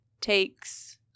takes